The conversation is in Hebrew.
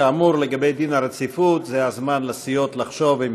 כאמור, לגבי דין הרציפות, זה הזמן לסיעות לחשוב אם